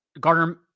Gardner